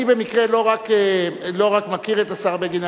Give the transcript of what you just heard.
אני במקרה לא רק מכיר את השר בגין,